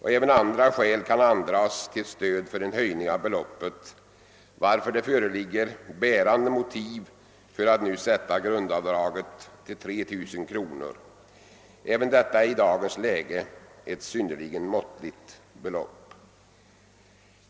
Även andra skäl kan andragas till stöd för en höjning av beloppet, varför det föreligger bärande motiv för att nu sätta grundavdraget till 3 000 kr. Även detta är i dagens läge ett synnerligen måttligt belopp.